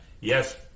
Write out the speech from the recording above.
Yes